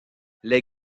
les